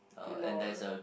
lor